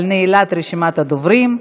על נעילת רשימת הדוברים.